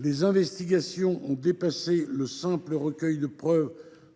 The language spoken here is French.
Les investigations ont dépassé le simple recueil de preuves